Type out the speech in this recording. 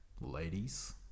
ladies